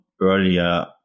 earlier